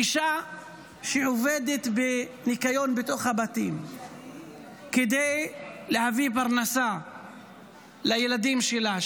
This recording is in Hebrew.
אישה שעובדת בניקיון בתוך הבתים כדי להביא פרנסה לילדים שלה.